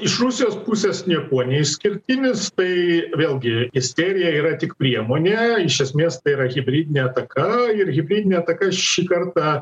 iš rusijos pusės niekuo neišskirtinis tai vėlgi isterija yra tik priemonė iš esmės tai yra hibridinė ataka ir hibridinė ataka šį kartą